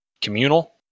communal